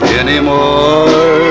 anymore